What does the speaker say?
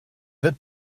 wird